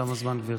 תם הזמן, גברתי.